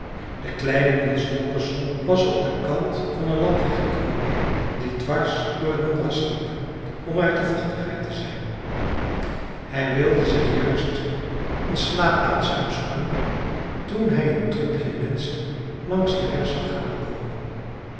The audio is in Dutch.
de kleine niels holgersson was op den kant van een landweg gekropen die dwars door het moeras liep om uit de vochtigheid te zijn hij wilde zich juist een slaapplaats uitzoeken toen hij een troepje menschen langs den weg zag aankomen